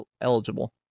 eligible